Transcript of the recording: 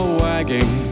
wagging